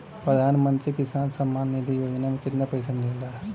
प्रधान मंत्री किसान सम्मान निधि योजना में कितना पैसा मिलेला?